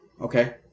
okay